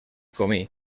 comí